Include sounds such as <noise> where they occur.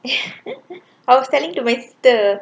<laughs> I was telling to my sister